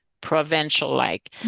provincial-like